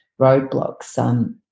roadblocks